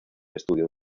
estudio